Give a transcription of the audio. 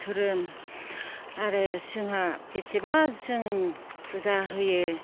धोरोम आरो जोंहा बेसेबा जों फुजा होयो